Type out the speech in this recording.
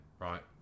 right